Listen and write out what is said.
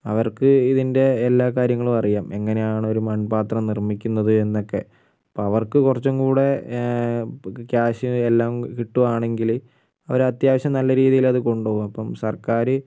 അവർക്ക് ഇതിന്റെ എല്ലാ കാര്യങ്ങളും അറിയാം എങ്ങനെയാണ് ഒരു മൺപാത്രം നിർമിക്കുന്നത് എന്നൊക്കെ അപ്പം അവർക്ക് കുറച്ചുംകൂടെ ക്യാഷ് എല്ലാം കിട്ടുവാണെങ്കിൽ അവർ അത്യാവശ്യം നല്ല രീതിയിൽ അത് കൊണ്ടുപോവും അപ്പം സർക്കാർ